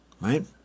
right